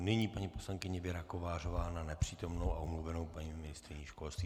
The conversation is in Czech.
Nyní paní poslankyně Věra Kovářová na nepřítomnou a omluvenou paní ministryni školství.